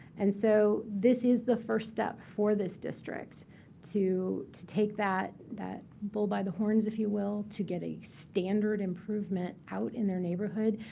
and so this is the first step for this district to to take that that bull by the horns, if you will, to get a standard improvement out in their neighborhood.